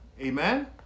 Amen